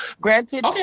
Granted